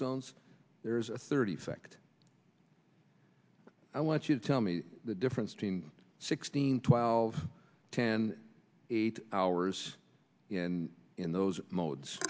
zones there is a third effect i want you to tell me the difference between sixteen twelve ten eight hours in in those modes